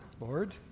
Lord